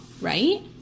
right